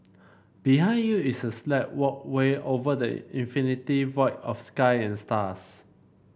behind you is a sleek walkway over the infinite void of sky and stars